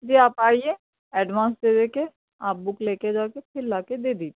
جی آپ آئیے ایڈوانس دے دے کے آپ بک لے کے جا کے پھر لا کے دے دیجیے